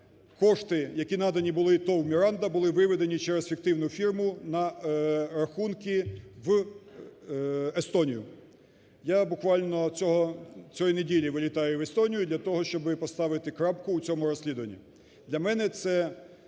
кошти, які надані були ТОВ "Міранда", були виведені через фіктивну фірму на рахунки в Естонію. Я буквально цієї неділі вилітаю в Естонію для того, щоб поставити крапку в цьому розслідуванні.